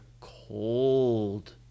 cold